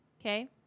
okay